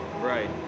Right